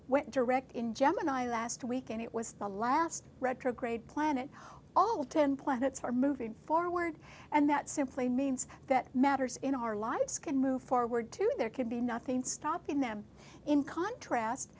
went direct in gemini last week and it was the last retrograde planet all ten planets are moving forward and that simply means that matters in our lives can move forward too there could be nothing stopping them in contrast